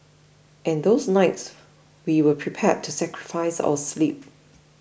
and those nights we were prepared to sacrifice our sleep